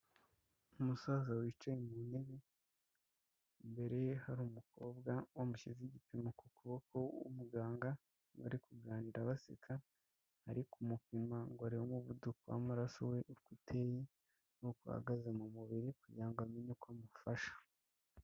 Umusaza wicaye mu ntebe, imbere ye hari umukobwa wamushyizeho igipimo ku kuboko w'umuganga, bari kuganira, baseka, ari kumupima ngo arebe umuvuduko w'amaraso we uko uteye n'uko uhagaze mu mubiri kugira ngo amenye uko amufasha.